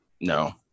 no